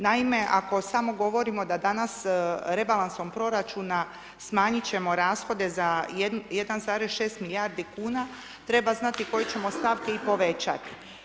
Naime, ako samo govorimo da danas rebalansom proračuna smanjit ćemo rashode za 1,6 milijardi kuna, treba znati koje ćemo stavke i povećati.